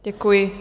Děkuji.